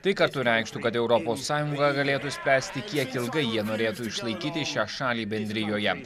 tai kartu reikštų kad europos sąjunga galėtų spręsti kiek ilgai jie norėtų išlaikyti šią šalį bendrijoje